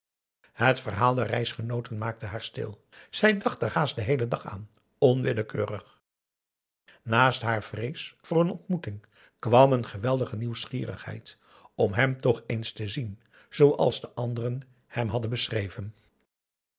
het verhaal der reisgenooten maakte haar stil zij dacht er haast den heelen dag aan onwillekeurig naast haar vrees voor een ontmoeting kwam een geweldige nieuwsgierigheid om hem toch eens te zien zooals de anderen hem hadden beschreven